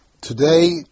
Today